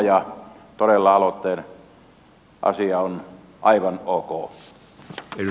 todella aloitteen asia on aivan ok